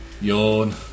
Yawn